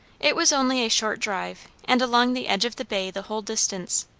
it was only a short drive, and along the edge of the bay the whole distance.